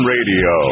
Radio